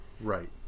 Right